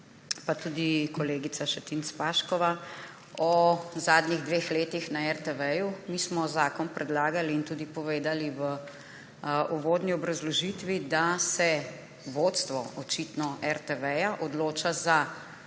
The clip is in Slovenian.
pa tudi kolegica Šetinc Pašek sta govorili o zadnjih dveh letih na RTV. Mi smo zakon predlagali in tudi povedali v uvodni obrazložitvi, da se očitno vodstvo RTV odloča za